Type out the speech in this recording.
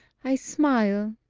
i smile,